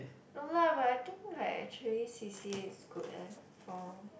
no lah but I think like actually C_C_A is good eh for